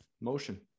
motion